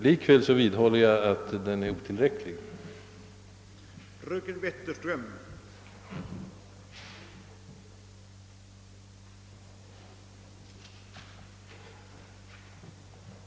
Likväl vidhåller jag mitt påstående att personalen alltjämt är otillräcklig.